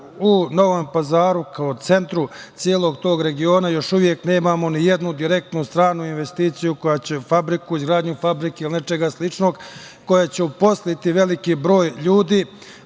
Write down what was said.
u Novom Pazaru kao centru celog tog regiona još uvek nemamo ni jednu direktnu stranu investiciju koja će izgradnju fabrike ili nečeg sličnog koja će zaposliti veliki broj ljudi.